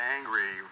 Angry